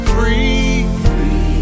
Free